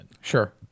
Sure